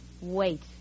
wait